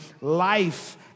life